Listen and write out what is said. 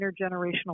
intergenerational